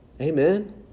Amen